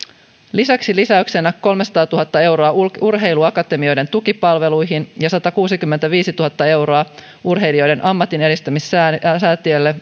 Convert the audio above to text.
lisäksi lisäyksenä tuli kolmesataatuhatta euroa urheiluakatemioiden tukipalveluihin ja satakuusikymmentäviisituhatta euroa urheilijoiden ammattienedistämissäätiölle